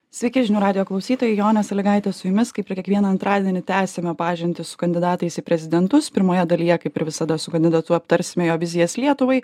sveiki žinių radijo klausytojai jonė saligaitė su jumis kaip ir kiekvieną antradienį tęsiame pažintį su kandidatais į prezidentus pirmoje dalyje kaip ir visada su kandidatu aptarsime jo vizijas lietuvai